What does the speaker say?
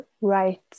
right